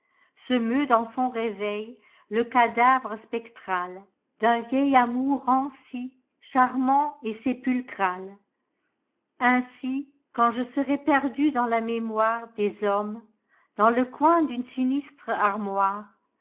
suaire se meut dans son rëveil le cadavre spectrald'un vieil amour ranci charmant et sépulcral ainsi quand je serai perdu dans la mémoiredes hommes dans le coin d'une sinistre